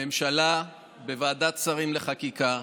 הממשלה, בוועדת שרים לחקיקה,